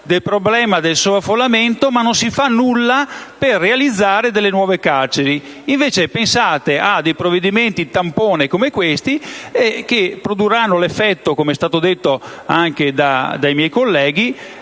del problema del sovraffollamento, ma non si fa nulla per realizzare nuove carceri. Invece pensate a provvedimenti tampone come questi, che - come è stato detto anche dai miei colleghi